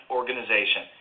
organization